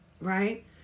right